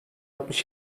altmış